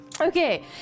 Okay